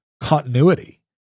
continuity